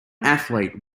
athlete